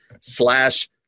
slash